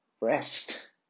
rest